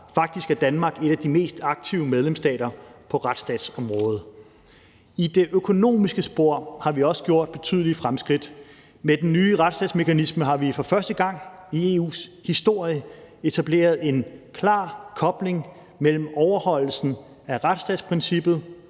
Faktisk er Danmark en af de mest aktive medlemsstater på retsstatsområdet. I det økonomiske spor har vi også gjort betydelige fremskridt. Med den nye retsstatsmekanisme har vi for første gang i EU's historie etableret en klar kobling mellem overholdelsen af retsstatsprincippet